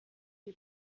die